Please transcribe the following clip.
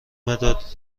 مداد